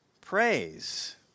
praise